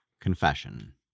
Confession